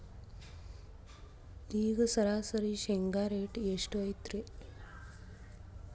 ಈಗ ಸರಾಸರಿ ಶೇಂಗಾ ರೇಟ್ ಎಷ್ಟು ಐತ್ರಿ?